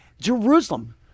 Jerusalem